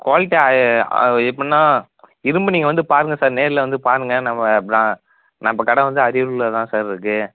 quality எப்புடின்னா இரும்பு நீங்கள் வந்து பாருங்க சார் நேரில் வந்து பாருங்க நம்ம நம்ம கடை வந்து அரியலூரில் தான் சார் இருக்குது